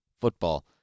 football